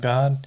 God